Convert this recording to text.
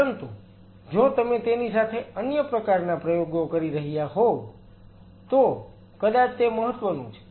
પરંતુ જો તમે તેની સાથે અન્ય પ્રકારના પ્રયોગો કરી રહ્યા હોવ તો કદાચ તે મહત્વનું છે